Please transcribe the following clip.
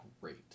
great